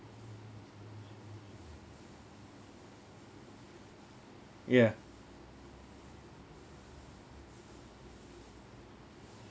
ya